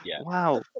Wow